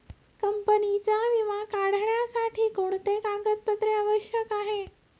कंपनीचा विमा काढण्यासाठी कोणते कागदपत्रे आवश्यक आहे?